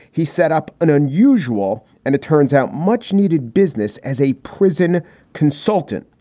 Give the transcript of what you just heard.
he set up an unusual and, it turns out much needed business as a prison consultant.